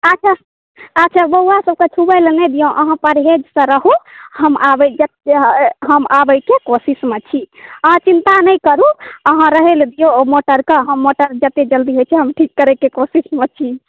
अच्छा अच्छा बौआसभके छुबैलेल नहि दियौन अहाँ परहेजसँ रहू हम आबैके हम आबैके कोशिशमे छी अहाँ चिन्ता नहि करू अहाँ रहै लेल दियौ मोटरके हम मोटर जतेक जल्दी होइ छै ठीक करैके कोशिशमे छी